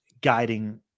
guiding